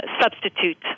substitute